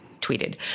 tweeted